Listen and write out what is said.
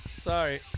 sorry